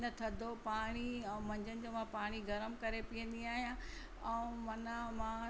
न थदो पाणी ऐं मंझनि जो मां पाणी गरम करे पीअंदी आहियां ऐं माना मां